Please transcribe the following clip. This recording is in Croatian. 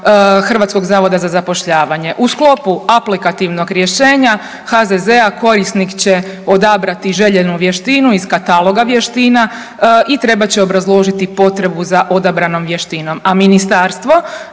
Hrvatskog zavoda za zapošljavanje. U sklopu aplikativnog rješenja HZZ-a korisnik će odabrati željenu vještinu iz kataloga vještina i trebat će obrazložiti potrebu za odabranom vještinom,